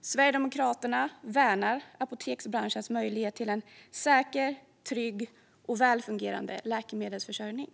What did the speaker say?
Sverigedemokraterna värnar apoteksbranschens möjlighet till en säker, trygg och välfungerande läkemedelsförsörjning.